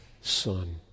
Son